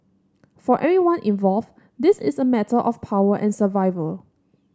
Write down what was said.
for everyone involved this is a matter of power and survival